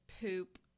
poop